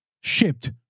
shipped